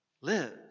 lives